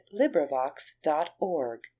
LibriVox.org